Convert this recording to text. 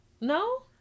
no